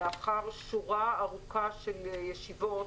לאחר שורה ארוכה של ישיבות,